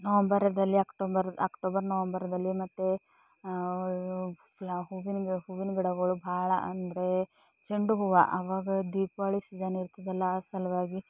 ನವಂಬರದಲ್ಲಿ October October ನವಂಬರ್ದಲ್ಲಿ ಮತ್ತೆ ಹೂವಿನಿಂದ ಹೂವಿನ ಗಿಡಗಳು ಬಹಳ ಅಂದರೆ ಚೆಂಡು ಹೂವು ಅವಾಗ ದೀಪಾವಳಿ ಸೀಝನ್ ಇರ್ತದಲ್ಲ ಆ ಸಲುವಾಗಿ